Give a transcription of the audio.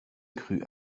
crut